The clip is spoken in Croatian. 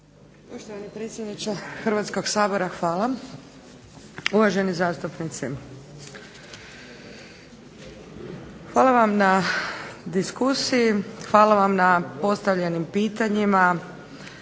Poštovani predsjedniče Hrvatskog sabora hvala, uvaženi zastupnici. Hvala vam na diskusiji, hvala vam na postavljenim pitanjima